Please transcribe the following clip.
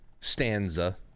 stanza